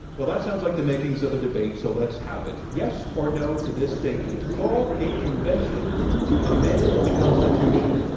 well, that sounds like the makings of a debate, so let's have it. yes or no to this statement, call a convention to amend the constitution,